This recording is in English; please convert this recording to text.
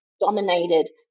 dominated